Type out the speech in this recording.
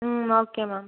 ம் okay ma'am